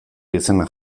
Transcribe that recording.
izena